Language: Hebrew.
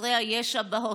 בחסרי הישע בהוסטלים.